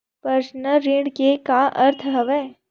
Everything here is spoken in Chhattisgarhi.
पर्सनल ऋण के का अर्थ हवय?